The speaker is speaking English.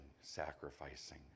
sacrificing